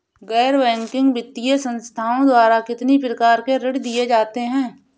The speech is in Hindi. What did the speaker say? गैर बैंकिंग वित्तीय संस्थाओं द्वारा कितनी प्रकार के ऋण दिए जाते हैं?